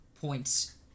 points